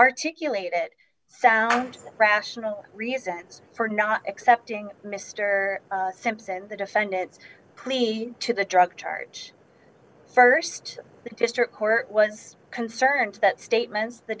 articulate it sound rational reasons for not accepting mr simpson the defendant's clean to the drug charge st the district court was concerned that statements the